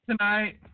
tonight